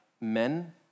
men